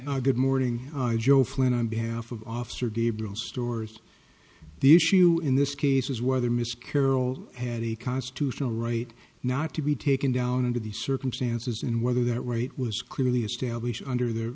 say good morning joe flynn on behalf of officer gabriel stores the issue in this case is whether miss carroll had a constitutional right not to be taken down under these circumstances and whether that right was clearly established under the